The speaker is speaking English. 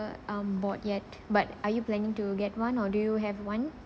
uh um board yet but are you planning to get one or do you have one